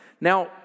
Now